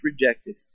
rejected